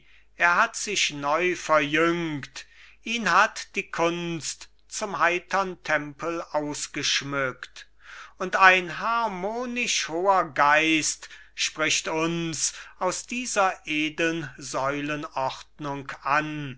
er hat sich neu verjüngt ihn hat die kunst zum heitern tempel ausgeschmückt und ein harmonisch hoher geist spricht uns aus dieser edeln säulenordnung an